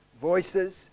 voices